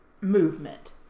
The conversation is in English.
movement